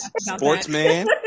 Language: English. sportsman